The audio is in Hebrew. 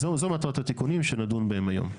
זו מטרת התיקונים שנדון בהם היום.